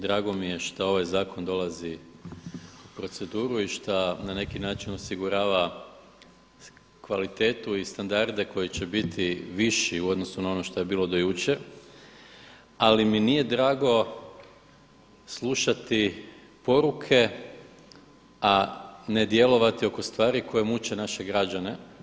Drago mi je što ovaj zakon dolazi u proceduru i šta na neki način osigurava kvalitetu i standarde koji će biti viši u odnosu na ono što je bilo do jučer, ali mi nije drago slušati poruke, a ne djelovati oko stvari koje muče naše građane.